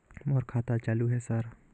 मोर खाता चालु हे सर?